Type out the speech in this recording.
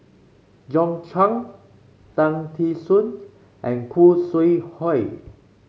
John Clang Tan Tee Suan and Khoo Sui Hoe